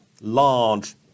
large